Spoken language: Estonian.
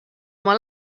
oma